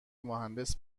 مهندس